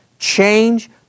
Change